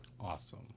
Awesome